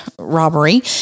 robbery